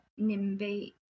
nimby